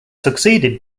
succeeded